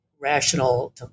rational